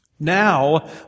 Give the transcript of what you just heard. Now